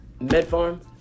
MedFarm